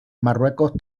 marruecos